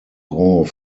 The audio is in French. gros